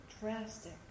drastic